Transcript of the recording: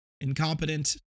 incompetent